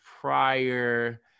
prior